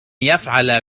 يفعل